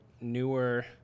newer